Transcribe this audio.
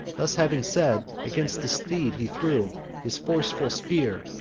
thus having said, against the steed he threw his forceful spear,